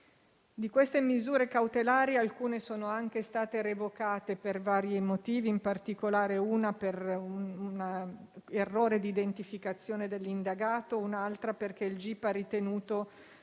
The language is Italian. Di queste misure cautelari, alcune sono anche state revocate per vari motivi: in particolare, una per un errore di identificazione dell'indagato, e un'altra perché il gip ha ritenuto